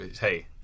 Hey